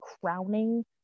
crowning